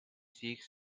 seeks